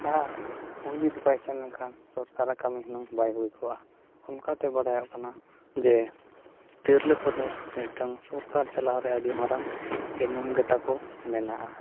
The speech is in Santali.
ᱟᱨ ᱩᱱᱤ ᱡᱩᱫᱤ ᱵᱟᱭ ᱥᱮᱱ ᱞᱮᱱᱠᱷᱟᱱ ᱥᱚᱨᱠᱟᱨᱟᱜ ᱠᱟᱹᱢᱤ ᱦᱩᱱᱟᱹᱝ ᱵᱟᱭ ᱦᱩᱭ ᱠᱚᱜᱼᱟ ᱚᱱᱠᱟᱛᱮ ᱵᱟᱰᱟᱭᱚᱜ ᱠᱟᱱᱟ ᱡᱮ ᱛᱤᱨᱞᱟᱹ ᱠᱚᱫᱚ ᱢᱤᱫᱴᱟᱹᱝ ᱥᱚᱨᱠᱟᱨ ᱪᱟᱞᱟᱣᱨᱮ ᱟᱹᱰᱤ ᱢᱟᱨᱟᱝ ᱮᱱᱮᱢ ᱜᱮ ᱛᱟᱠᱚ ᱢᱮᱱᱟᱜᱼᱟ